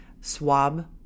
swab